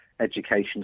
education